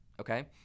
okay